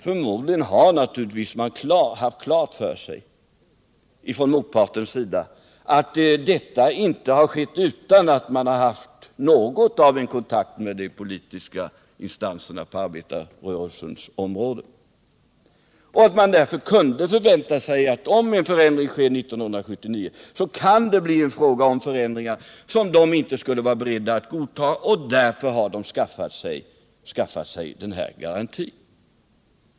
Naturligtvis har man från motpartens sida haft klart för sig att uppgörelsen inte har träffats utan att man har haft någon kontakt med de politiska instanserna på arbetarrörelsens område. Man kan därför förvänta sig att om en förändring äger rum vid valet 1979, så skulle det kunna bli fråga om förändringar som de inte skulle vara beredda att godta, och därför har de skaffat sig den här garantin.